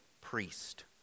priest